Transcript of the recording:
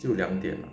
就两点